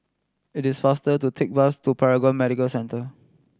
it is faster to take bus to Paragon Medical Centre